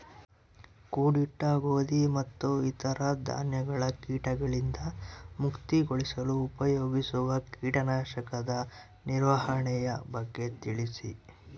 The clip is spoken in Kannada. ಕೂಡಿಟ್ಟ ಗೋಧಿ ಮತ್ತು ಇತರ ಧಾನ್ಯಗಳ ಕೇಟಗಳಿಂದ ಮುಕ್ತಿಗೊಳಿಸಲು ಉಪಯೋಗಿಸುವ ಕೇಟನಾಶಕದ ನಿರ್ವಹಣೆಯ ಬಗ್ಗೆ ತಿಳಿಸಿ?